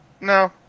No